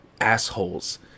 assholes